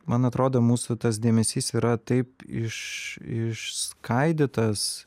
man atrodo mūsų tas dėmesys yra taip iš išskaidytas